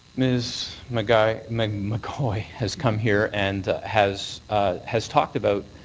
ms. mcgooy i mean mcgooy has come here and has has talked about